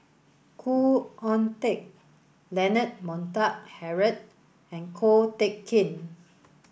Khoo Oon Teik Leonard Montague Harrod and Ko Teck Kin